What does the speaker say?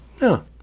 No